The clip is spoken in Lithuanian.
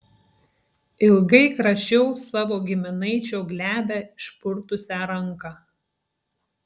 ilgai kračiau savo giminaičio glebią išpurtusią ranką